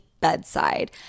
bedside